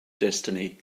destiny